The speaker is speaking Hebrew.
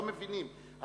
לא מבינים.